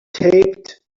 taped